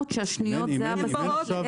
כאשר התקנות השניות הן הבסיס לאלה?